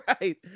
right